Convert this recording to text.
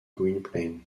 gwynplaine